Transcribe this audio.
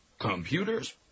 computers